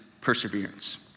perseverance